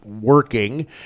working